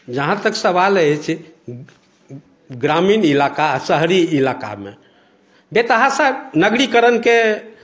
जहाँ तक सवाल अछि ग्रामीण इलाका आ शहरी इलाकामे बेतहाशा नगरीकरणके